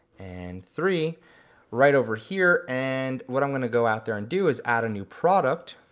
and three right over here. and what i'm gonna go out there and do is add a new product.